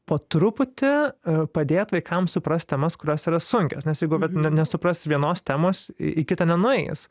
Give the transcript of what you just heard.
po truputį padėt vaikam suprast temas kurios yra sunkios nes jeigu nesupras vienos temos į į kitą nenueis